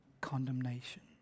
condemnation